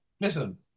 listen